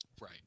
Right